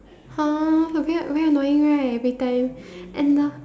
!huh! very very annoying right every time and the